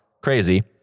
crazy